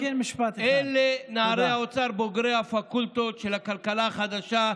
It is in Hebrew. אלה נערי האוצר בוגרי הפקולטות של הכלכלה החדשה,